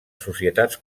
societats